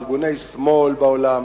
ארגוני שמאל בעולם,